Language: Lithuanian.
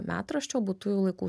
metraščio būtųjų laikų